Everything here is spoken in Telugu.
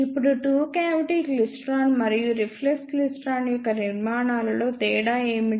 ఇప్పుడు టూ క్యావిటీ క్లైస్ట్రాన్ మరియు రిఫ్లెక్స్ క్లైస్ట్రాన్ యొక్క నిర్మాణాలలో తేడా ఏమిటి